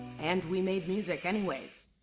and we made music anyways.